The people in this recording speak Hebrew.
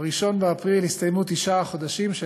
ב-1 באפריל הסתיימו תשעה חודשים של